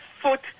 foot